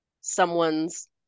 someone's